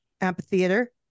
Amphitheater